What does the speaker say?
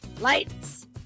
Lights